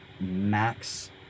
max